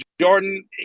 Jordan